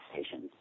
station